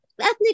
ethnic